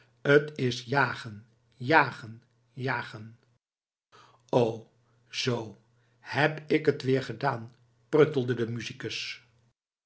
t is jagen jagen jagen o zoo heb ik het weer gedaan pruttelde de musicus